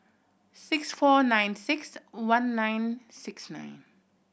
six four nine six one nine six nine